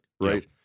right